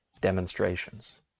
demonstrations